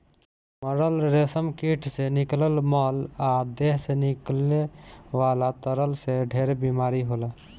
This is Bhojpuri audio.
मरल रेशम कीट से निकलत मल आ देह से निकले वाला तरल से ढेरे बीमारी होला